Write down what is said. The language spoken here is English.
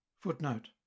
Footnote